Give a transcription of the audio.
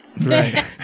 Right